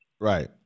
Right